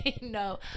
No